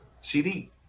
CD